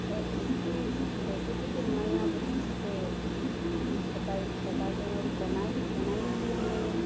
और इसकी रेसिपी भी हमें यहाँ बहुत अच्छे से बताई बताते हैं और बनाई भी बनाई भी है हमने